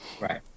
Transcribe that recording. right